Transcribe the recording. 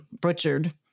butchered